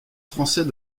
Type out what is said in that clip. français